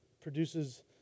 produces